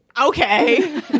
okay